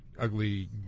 ugly